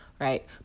right